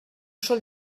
sol